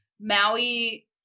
Maui